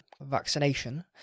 vaccination